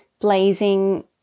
blazing